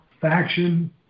faction